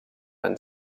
and